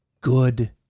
good